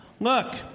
look